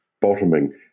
bottoming